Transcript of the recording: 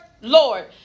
Lord